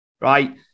right